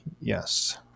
Yes